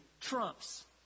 trumps